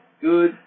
good